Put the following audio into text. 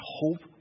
hope